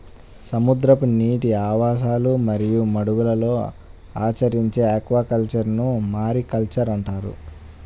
సముద్రపు నీటి ఆవాసాలు మరియు మడుగులలో ఆచరించే ఆక్వాకల్చర్ను మారికల్చర్ అంటారు